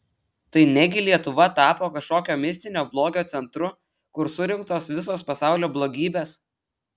tai ne gi lietuva tapo kažkokio mistinio blogio centru kur surinktos visos pasaulio blogybės